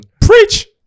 Preach